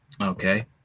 okay